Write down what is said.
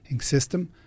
system